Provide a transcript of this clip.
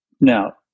Now